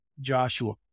Joshua